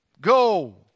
go